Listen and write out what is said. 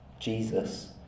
Jesus